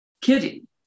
Kitty